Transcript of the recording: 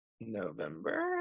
November